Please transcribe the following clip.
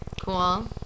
Cool